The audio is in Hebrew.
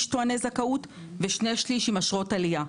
טועני זכאות ושני שליש עם אשרות עלייה.